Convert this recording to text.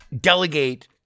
delegate